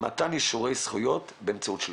מתן אישורי זכויות באמצעות שליחים.